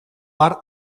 har